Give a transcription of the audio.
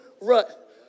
rut